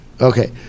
Okay